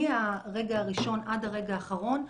מהרגע הראשון עד הרגע האחרון,